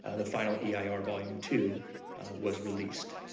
ah the final yeah ah eir volume two was released.